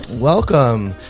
Welcome